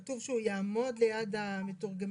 כתוב שהמתורגמן יעמוד ליד הדובר,